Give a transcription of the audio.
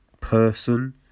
person